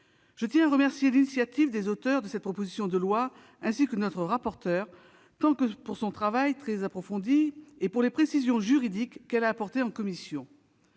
Je tiens à saluer l'initiative des auteurs de cette proposition de loi, ainsi que notre rapporteur tant pour son travail très approfondi que pour les précisions juridiques qu'elle a apportées en commission.